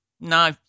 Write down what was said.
no